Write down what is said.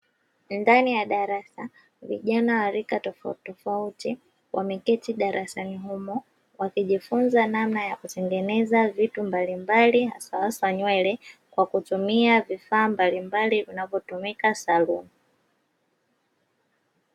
Ndani ya darasa vijana wa rika tofautitofauti wameketi darasani humo wakijifunza namna ya kutengeneza vitu mbalimbali haswahaswa nywele, kwa kutumia vifaa mbalimbali vinavyo tumika saluni.